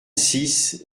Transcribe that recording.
six